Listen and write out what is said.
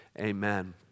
Amen